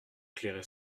éclairer